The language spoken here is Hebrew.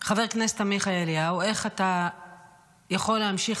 חבר הכנסת עמיחי אליהו, איך אתה יכול להמשיך